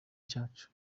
cyacu